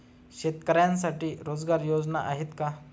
शेतकऱ्यांसाठी रोजगार योजना आहेत का?